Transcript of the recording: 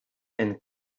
and